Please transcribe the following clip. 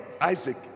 Isaac